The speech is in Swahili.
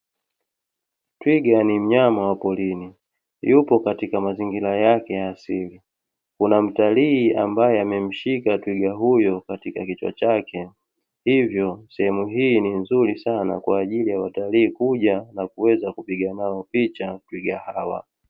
Twiga ni mnyama wa porini, yupo katika mazingira yake ya asili. Kuna mtalii ambaye amemshika twiga huyo katika kichwa chake, hivyo sehemu hii ni nzuri sana kwa ajili ya watalii kuja na kuweza kupiga nao picha twiga hawa.